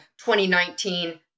2019